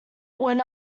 when